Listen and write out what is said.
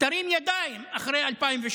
תרים ידיים אחרי 2002,